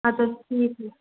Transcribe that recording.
اَدٕ حظ ٹھیٖک چھُ